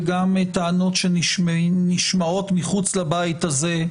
וגם טענות שנשמעות מחוץ לבית הזה,